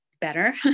better